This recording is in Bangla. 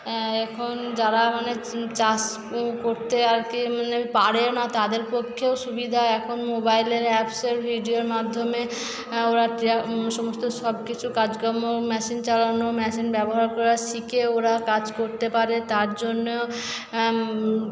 এখন যারা আর কি চাষ করতে আরকি পারে না তাদের পক্ষেও সুবিধা এখন মোবাইলের আপসের ভিডিওর মাধ্যমে ওরা সবকিছু সমস্ত কাজকর্ম মেশিন চালানো মেশিন ব্যবহার করা শিখে ওরা কাজ করতে পারে তার জন্যও